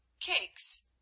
CAKES